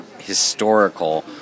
historical